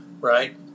right